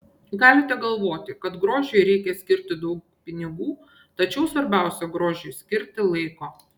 galite galvoti kad grožiui reikia skirti daug pinigų tačiau svarbiausia grožiui skirti laiko